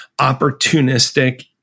opportunistic